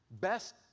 best